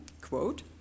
quote